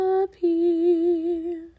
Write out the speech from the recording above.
appear